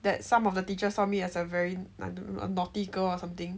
that some of the teacher saw me as a very I don't know a naughty girl or something